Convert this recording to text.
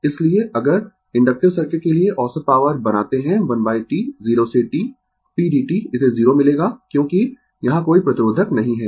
इसलिए अगर inductive circuit के लिए औसत पॉवर बनाते है 1T 0 से T p dt इसे 0 मिलेगा क्योंकि यहाँ कोई प्रतिरोधक नहीं है